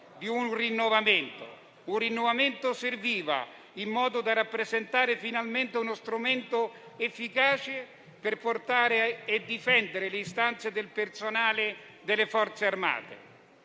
di un rinnovamento. Un rinnovamento serviva, in modo da rappresentare finalmente uno strumento efficace per portare e difendere le istanze del personale delle Forze armate.